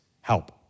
help